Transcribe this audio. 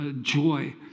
joy